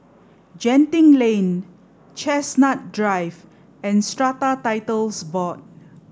Genting Lane Chestnut Drive and Strata Titles Board